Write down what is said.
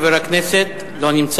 חבר הכנסת חיים אמסלם, לא נמצא.